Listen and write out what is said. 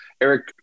Eric